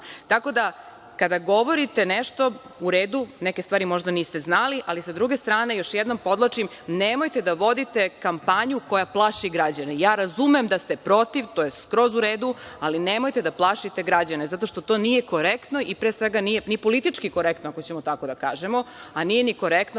Tako da, kada govorite nešto, u redu, neke stvari možda niste znali, ali sa druge strane, još jednom podvlačim, nemojte da vodite kampanju koja plaši građane. Ja razumem da ste protiv, to je skroz u redu, ali nemojte da plašite građane zato što to nije korektno i pre svega, nije ni politički korektno, ako ćemo tako da kažemo, a nije ni korektno